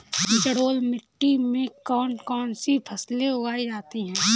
जलोढ़ मिट्टी में कौन कौन सी फसलें उगाई जाती हैं?